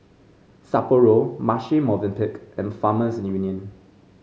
Sapporo Marche Movenpick and Farmers Union